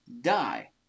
die